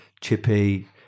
Chippy